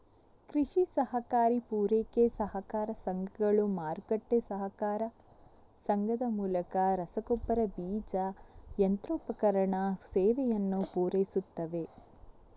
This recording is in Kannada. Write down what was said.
ಕೃಷಿ ಸಹಕಾರಿ ಪೂರೈಕೆ ಸಹಕಾರ ಸಂಘಗಳು, ಮಾರುಕಟ್ಟೆ ಸಹಕಾರ ಸಂಘದ ಮೂಲಕ ರಸಗೊಬ್ಬರ, ಬೀಜ, ಯಂತ್ರೋಪಕರಣ ಸೇವೆಯನ್ನು ಪೂರೈಸುತ್ತವೆ